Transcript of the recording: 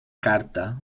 carta